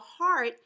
heart